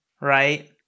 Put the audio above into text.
Right